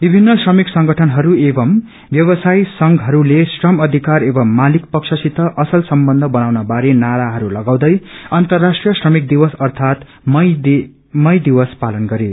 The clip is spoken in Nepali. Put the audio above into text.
विभिन्न श्रमिक संगठनहरू एवं व्यवसाय संघहरुले श्रम अध्यिकार एवं मालिक पक्षसित अस्त सम्बन्ध बनाउन बारे नाराहरू लागाउँदै अन्तराष्ट्रिय श्रमिक दिवस अर्थात मई दिवस पालन गरे